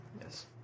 Yes